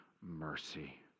mercy